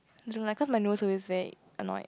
I don't like cause my nose always very annoyed